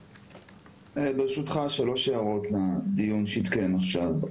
ברשותך, שלוש הערות לדיון שהתקיים עכשיו.